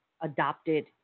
adopted